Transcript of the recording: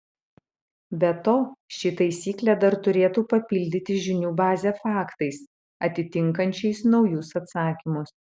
be to ši taisyklė dar turėtų papildyti žinių bazę faktais atitinkančiais naujus atsakymus